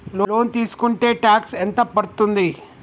Loan తీస్కుంటే tax ఎంత పడ్తుంది?